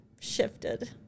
shifted